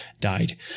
died